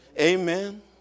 Amen